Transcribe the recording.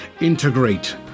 integrate